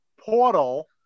portal